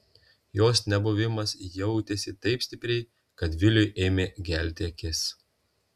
jos nebuvimas jautėsi taip stipriai kad viliui ėmė gelti akis